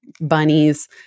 bunnies